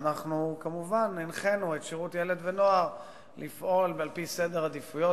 כמובן שהנחינו את שירות ילד ונוער לפעול על-פי סדר עדיפויות,